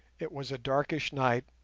it was a darkish night,